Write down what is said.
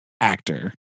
actor